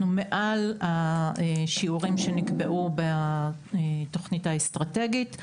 אנחנו מעל השיעורים שנקבעו בתוכנית האסטרטגית.